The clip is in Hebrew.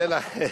לא,